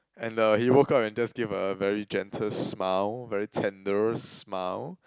and the he woke up and just give a very gentle smile very tender smile